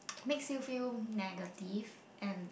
makes you feel negative and